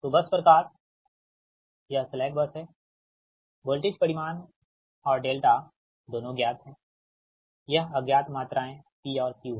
तो बस प्रकार यह स्लैक बस है वोल्टेज परिमाण औरदोनों ज्ञात है यह अज्ञात मात्राएं P और Q हैं